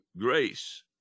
grace